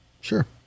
Sure